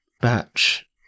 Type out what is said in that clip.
Batch